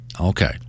Okay